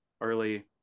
early